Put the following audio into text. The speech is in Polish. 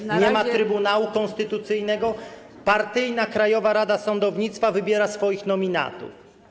dłużej, nie ma Trybunału Konstytucyjnego, partyjna Krajowa Rada Sądownictwa wybiera swoich nominatów.